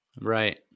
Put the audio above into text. Right